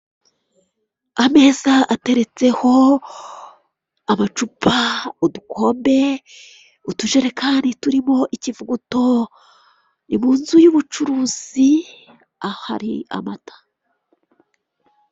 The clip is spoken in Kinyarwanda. Ameza ateretseho amacupa, udukombe, utujerekani turimo ikivuguto. Ni mu nzu y'ubucuruzi ahari amata.